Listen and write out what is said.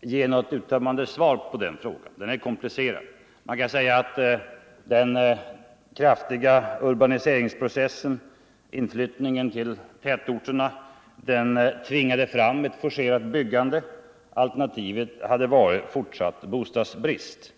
ge något uttömmande svar på den frågan. Den är komplicerad. Man kan säga att den kraftiga inflyttningen till tätorterna tvingade fram ett forcerat byggande. Alternativet hade varit fortsatt bostadsbrist.